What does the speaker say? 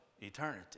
eternity